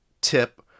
tip